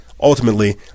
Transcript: Ultimately